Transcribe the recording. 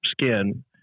skin